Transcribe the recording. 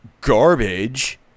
garbage